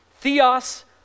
Theos